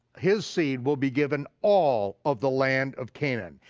his seed will be given all of the land of canaan.